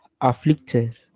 afflicted